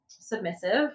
submissive